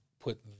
put